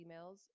emails